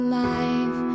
life